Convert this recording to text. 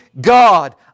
God